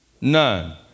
None